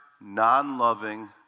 non-loving